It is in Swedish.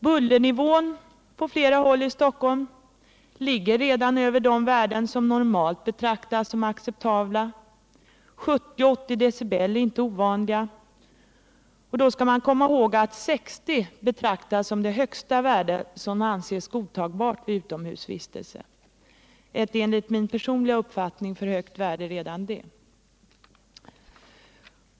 Bullernivån på flera håll i Stockholm ligger redan över de värden som normalt betraktas som acceptabla. 70-80 decibel är inte ovanliga. Då bör man komma ihåg att 60 decibel betraktas som det högsta värde som anses godtagbart vid utomhusvistelse; ett enligt min personliga uppfattning för högt värde redan det.